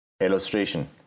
Illustration